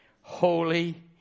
Holy